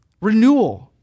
Renewal